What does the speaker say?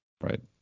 Right